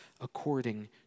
according